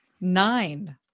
nine